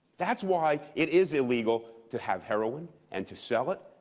that's why it is illegal to have heroin and to sell it,